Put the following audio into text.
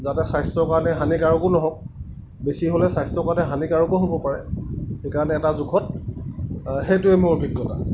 যাতে স্ৱাস্থ্যৰ কাৰণে হানিকাৰকো নহওক বেছি হ'লে স্ৱাস্থ্যৰ কাৰণে হানিকাৰকো হ'ব পাৰে সেইকাৰণে এটা জোখত সেইটোৱে মোৰ আভিজ্ঞতা